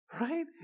right